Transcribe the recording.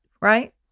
right